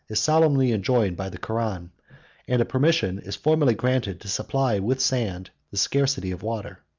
is solemnly enjoined by the koran and a permission is formally granted to supply with sand the scarcity of water.